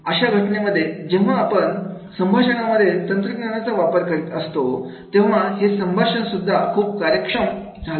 अशा घटनेमध्ये जेव्हा आपण सम भाषणांमध्ये तंत्रज्ञानाचा वापर करीत असतो तेव्हा हे संभाषण सुद्धा खूप कार्यक्षम झालेली असते